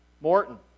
Morton